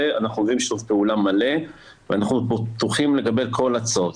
אנחנו עובדים בשיתוף פעולה מלא ואנחנו פתוחים לכל הצעה.